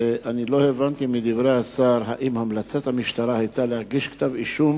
לא הבנתי מדבריך האם המלצת המשטרה היתה להגיש כתב אישום